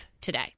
today